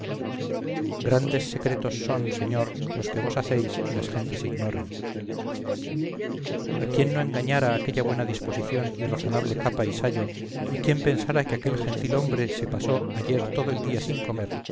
grandes secretos son señor los que vos hacéis y las gentes ignoran a quién no engañara aquella buena disposición y razonable capa y sayo y quién pensara que aquel gentil hombre se pasó ayer todo el día sin comer